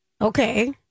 Okay